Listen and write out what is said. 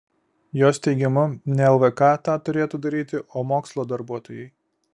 jos teigimu ne lvk tą turėtų daryti o mokslo darbuotojai